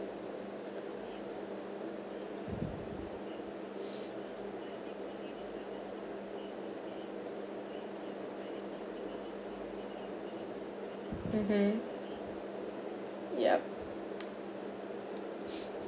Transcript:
mmhmm yup